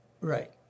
right